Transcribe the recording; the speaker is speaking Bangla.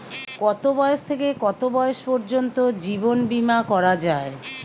কতো বয়স থেকে কত বয়স পর্যন্ত জীবন বিমা করা যায়?